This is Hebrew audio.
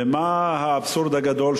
ומה האבסורד הגדול,